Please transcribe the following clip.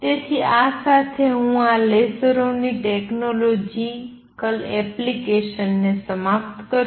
તેથી આ સાથે હું આ લેસરોની ટેક્નોલોજિકલ એપ્લિકેશન ને સમાપ્ત કરું છું